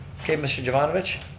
okay, mr. jovanovich.